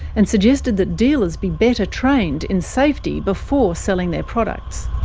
and suggested that dealers be better trained in safety before selling their products.